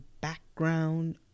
background